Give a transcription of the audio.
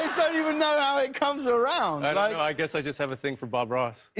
i don't even know how it comes around. i guess i just have a thing for bob ross.